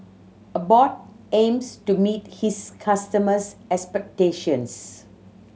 abbott aims to meet its customers' expectations